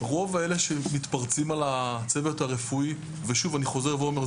רוב אלה שמתפרצים על הצוות הרפואי ושוב אני חוזר ואומר,